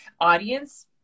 audience